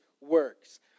works